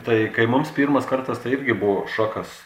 tai kai mums pirmas kartas tai irgi buvo šokas